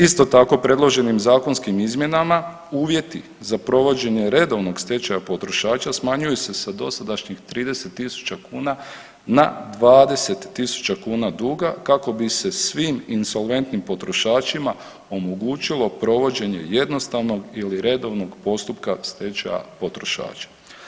Isto tako, predloženim zakonskim izmjenama uvjeti za provođenje redovnog stečaja potrošača smanjuje se sa dosadašnjih 30 tisuća kuna na 20 tisuća kuna duga kako bi se svim insolventnim potrošačima omogućilo provođenje jednostavnog ili redovnog postupka stečaja potrošača.